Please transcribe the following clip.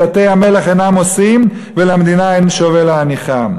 דתי המלך אינם עושים ולמדינה אין שווה להניחם.